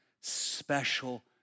special